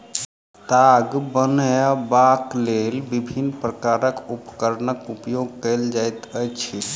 ताग बनयबाक लेल विभिन्न प्रकारक उपकरणक उपयोग कयल जाइत अछि